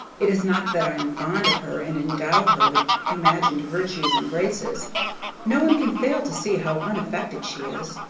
it is not that i am fond of her and endow her with imagined virtues and graces no one can fail to see how unaffected she is,